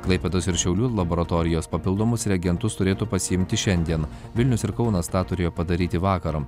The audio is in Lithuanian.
klaipėdos ir šiaulių laboratorijos papildomus regentus turėtų pasiimti šiandien vilnius ir kaunas tą turėjo padaryti vakar